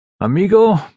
Amigo